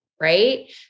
right